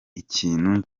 ikintu